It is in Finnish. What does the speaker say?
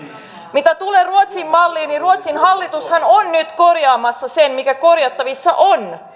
mitä tulee ruotsin malliin niin ruotsin hallitushan on nyt korjaamassa sen mikä korjattavissa on